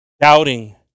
Doubting